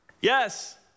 Yes